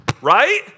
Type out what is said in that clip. Right